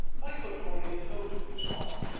i could hardly have hoped for this honour.